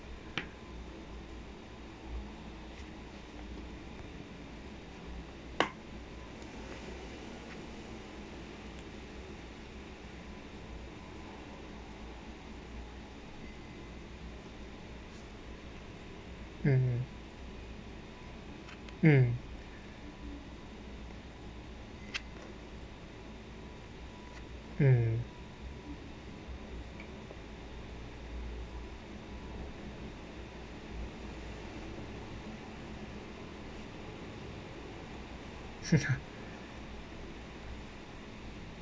mm mm mm